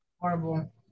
horrible